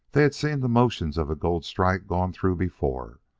they had seen the motions of a gold strike gone through before.